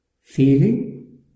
feeling